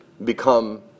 Become